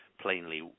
Plainly